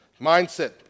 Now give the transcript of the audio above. mindset